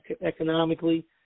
economically